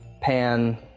pan